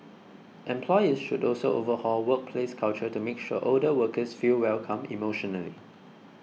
employers should also overhaul workplace culture to make sure older workers feel welcome emotionally